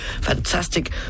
Fantastic